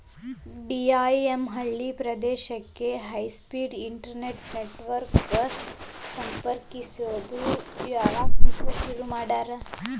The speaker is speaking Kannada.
ಡಿ.ಐ.ಎಮ್ ಹಳ್ಳಿ ಪ್ರದೇಶಕ್ಕೆ ಹೈಸ್ಪೇಡ್ ಇಂಟೆರ್ನೆಟ್ ನೆಟ್ವರ್ಕ ಗ ಸಂಪರ್ಕಿಸೋದು ಈ ಯೋಜನಿದ್ ಒಂದು ಉಪಕ್ರಮ